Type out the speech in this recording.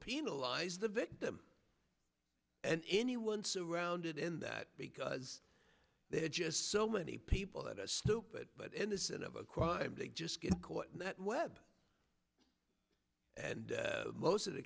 penalize the victim and anyone surrounded in that because they are just so many people that are stupid but innocent of a crime they just get caught in that web and most of the